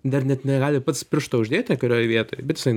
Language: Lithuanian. dar net negali pats piršto uždėti kurioj vietoj bet jisai